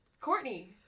Courtney